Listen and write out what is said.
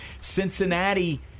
Cincinnati